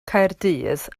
caerdydd